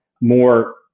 more